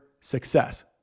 success